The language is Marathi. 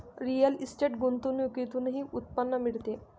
रिअल इस्टेट गुंतवणुकीतूनही उत्पन्न मिळते